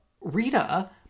Rita